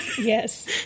Yes